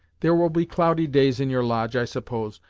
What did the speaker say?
there will be cloudy days in your lodge i suppose,